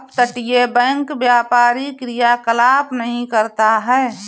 अपतटीय बैंक व्यापारी क्रियाकलाप नहीं करता है